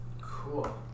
Cool